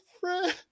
friend